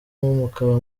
mukaba